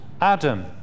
Adam